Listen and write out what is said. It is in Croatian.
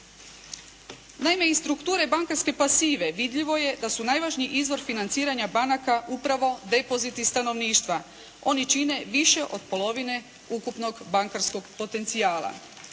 Naime, iz strukture bankarske pasive vidljivo je da su najvažniji izvor financiranja banaka upravo depoziti stanovništva, oni čine više od polovine ukupnog bankarskog potencijala.